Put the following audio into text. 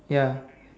ya